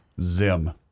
Zim